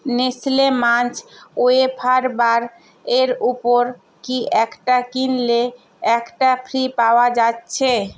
Nestle Munch wafer bar এর ওপর কি একটা কিনলে একটা ফ্রি পাওয়া যাচ্ছে